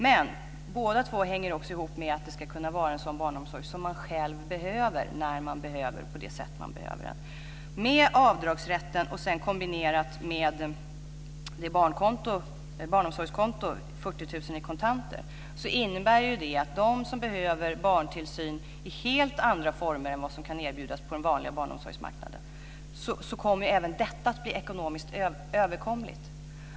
Men båda förslagen hänger också ihop med att det ska vara en sådan barnomsorg som man själv behöver när man behöver den på det sätt man behöver den. 40 000 kr i kontanter - innebär att barntillsyn i helt andra former än vad som kan erbjudas på den vanliga barnomsorgsmarknaden kan bli ekonomiskt överkomligt.